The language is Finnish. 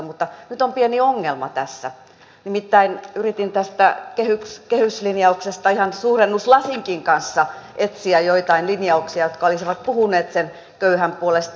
mutta nyt on pieni ongelma tässä nimittäin yritin tästä kehyslinjauksesta ihan suurennuslasinkin kanssa etsiä joitain linjauksia jotka olisivat puhuneet sen köyhän puolesta